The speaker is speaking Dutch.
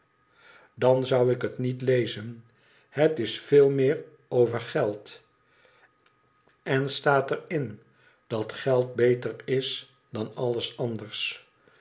dat zou ik het niet lezen het is veel meer over geld en staat er in dat geld beter is dan alles anders